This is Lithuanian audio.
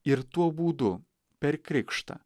ir tuo būdu per krikštą